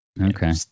Okay